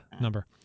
number